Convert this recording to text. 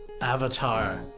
Avatar